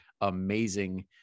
amazing